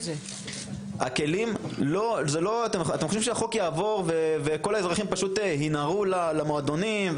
אתם חושבים שהחוק יעבור וכל האזרחים פשוט ינהרו למועדונים,